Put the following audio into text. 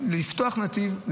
לפתוח נתיב,